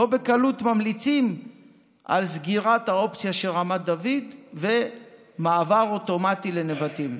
לא בקלות ממליצים על סגירת האופציה של רמת דוד ומעבר אוטומטי לנבטים.